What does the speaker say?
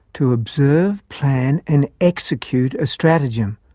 to observe, plan and execute a stratagem,